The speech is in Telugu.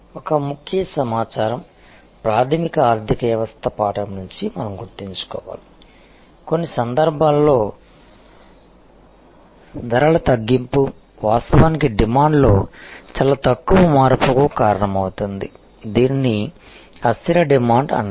ఒక ముఖ్య సమాచారం ప్రాథమిక ఆర్థిక వ్యవస్థ పాఠం నుంచి మనం గుర్తుంచుకోవాలి కొన్ని సందర్భాల్లో ధరల తగ్గింపు వాస్తవానికి డిమాండ్ లో చాలా తక్కువ మార్పుకు కారణమవుతుంది దీనిని అస్థిర డిమాండ్ అంటారు